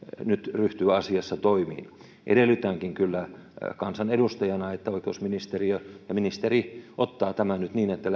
nyt ryhtyä asiassa toimiin edellytänkin kyllä kansanedustajana että oikeusministeriö ja ministeri ottavat tämän nyt niin että